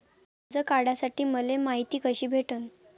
कर्ज काढासाठी मले मायती कशी भेटन?